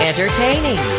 Entertaining